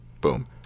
Boom